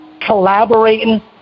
collaborating